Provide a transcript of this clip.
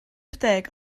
deg